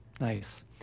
Nice